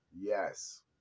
Yes